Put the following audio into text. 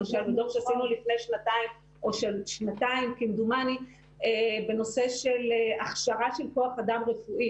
למשל דוח שעשינו לפני שנתיים כמדומני בנושא הכשרה של כוח אדם רפואי,